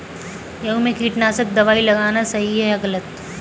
गेहूँ में कीटनाशक दबाई लगाना सही है या गलत?